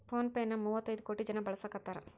phone pay ನ ಮುವ್ವತೈದ್ ಕೋಟಿ ಜನ ಬಳಸಾಕತಾರ